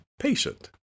patient